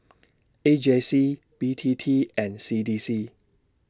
A J C B T T and C D C